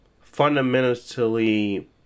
fundamentally